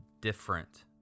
different